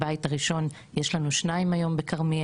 הבית הראשון, יש לנו שניים היום בכרמיאל,